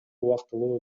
убактылуу